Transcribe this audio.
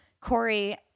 Corey